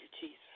Jesus